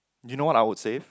you know what I would save